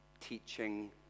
teaching